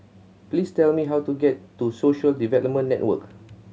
please tell me how to get to Social Development Network